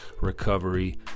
recovery